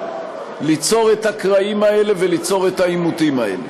ליצור את הקרעים האלה וליצור את העימותים האלה.